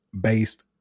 based